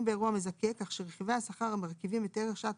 באירוע מזכה כך שרכיבי השכר המרכיבים את ערך שעת